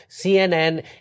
CNN